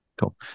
cool